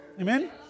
Amen